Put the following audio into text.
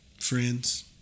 Friends